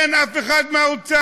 אין אף אחד מהאוצר.